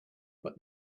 but